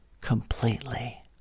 completely